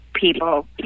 people